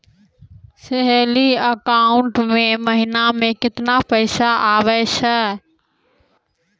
Salary account मे महिना मे केतना पैसा आवै छौन?